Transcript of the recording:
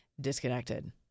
Disconnected